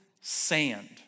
sand